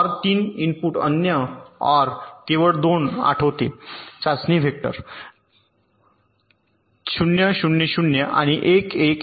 3 input अनन्य ओर केवळ 2 आठवते चाचणी व्हेक्टर ० ० ० आणि १ १ १